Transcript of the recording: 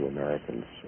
Americans